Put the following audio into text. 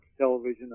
television